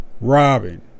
Robin